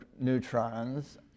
neutrons